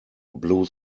blue